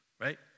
Right